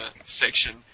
section